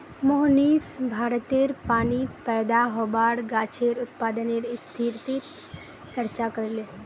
मोहनीश भारतेर पानीत पैदा होबार गाछेर उत्पादनेर स्थितिर चर्चा करले